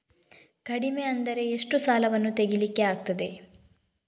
ಕಡಿಮೆ ಅಂದರೆ ಎಷ್ಟು ಸಾಲವನ್ನು ತೆಗಿಲಿಕ್ಕೆ ಆಗ್ತದೆ?